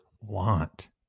want